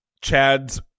Chad's